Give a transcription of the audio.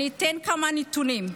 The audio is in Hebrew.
אני אתן כמה נתונים.